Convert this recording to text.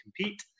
compete